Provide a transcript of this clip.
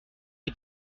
die